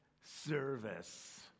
service